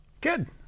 Good